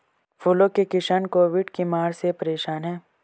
फूलों के किसान कोविड की मार से परेशान है